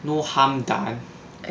no harm done